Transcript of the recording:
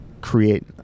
create